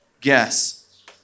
guess